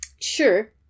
Sure